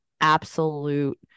absolute